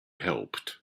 helped